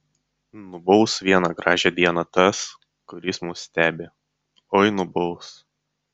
nubaus vieną gražią dieną tas kuris mus stebi oi nubaus